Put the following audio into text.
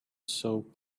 soap